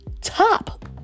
top